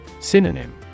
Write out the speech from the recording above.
Synonym